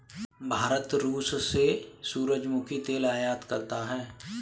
भारत रूस से सूरजमुखी तेल आयात करता हैं